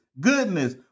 goodness